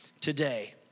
today